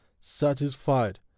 satisfied